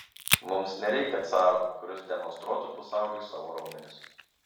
mums nereikia caro kuris demonstruotų pasauliui savo raumenis